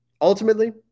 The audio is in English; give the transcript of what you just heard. ultimately